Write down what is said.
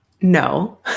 No